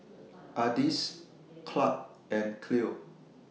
Ardis Clarke and Cleo